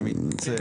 אני מתנצל.